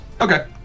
Okay